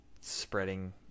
spreading